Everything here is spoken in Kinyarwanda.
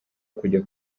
kujya